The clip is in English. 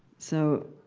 so,